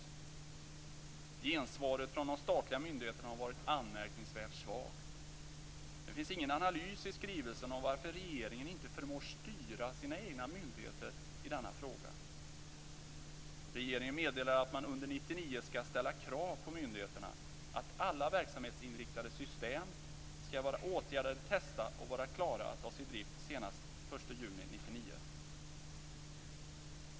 Gensvaret från de statliga myndigheterna har varit anmärkningsvärt svagt. Det finns ingen analys i skrivelsen av varför regeringen inte förmår styra sina egna myndigheter i denna fråga. Regeringen meddelar att man under 1999 skall ställa krav på myndigheterna att alla verksamhetsinriktade system skall vara åtgärdade, testade och klara att tas i drift senast den 1 juni 1999.